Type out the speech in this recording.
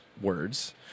words